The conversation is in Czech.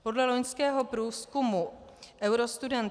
Podle loňského průzkumu Eurostudent